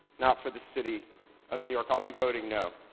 not for the city of new york. i'll be voting no.